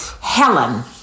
Helen